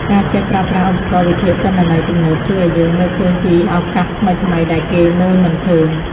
ការចេះប្រើប្រាស់ឧបករណ៍វិភាគទិន្នន័យទំនើបជួយឱ្យយើងមើលឃើញពីឱកាសថ្មីៗដែលគេមើលមិនឃើញ។